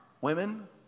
women